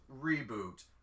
reboot